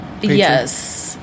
yes